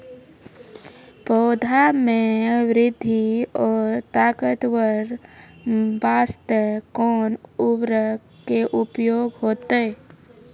पौधा मे बृद्धि और ताकतवर बास्ते कोन उर्वरक के उपयोग होतै?